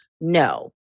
No